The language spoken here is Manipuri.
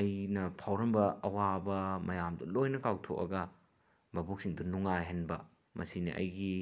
ꯑꯩꯅ ꯐꯥꯎꯔꯝꯕ ꯑꯋꯥꯕ ꯃꯌꯥꯝꯗꯣ ꯂꯣꯏꯅ ꯀꯥꯎꯊꯣꯛꯑꯒ ꯚꯥꯕꯣꯛꯁꯤꯡꯗꯣ ꯅꯨꯡꯉꯥꯏꯍꯟꯕ ꯃꯁꯤꯅꯤ ꯑꯩꯒꯤ